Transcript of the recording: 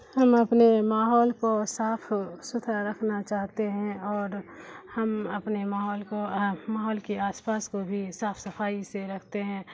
ہم اپنے ماحول کو صاف ستھرا رکھنا چاہتے ہیں اور ہم اپنے ماحول کو ماحول کے آس پاس کو بھی صاف صفائی سے رکھتے ہیں